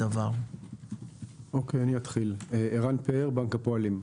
אני מבנק הפועלים.